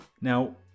Now